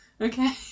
okay